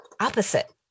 opposite